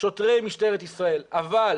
שוטרי משטרת ישראל, אבל